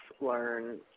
learn